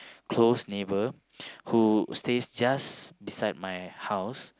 close neighbour who stays just beside my house